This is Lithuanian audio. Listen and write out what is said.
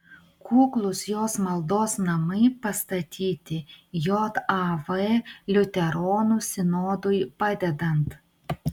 kuklūs jos maldos namai pastatyti jav liuteronų sinodui padedant